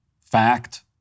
fact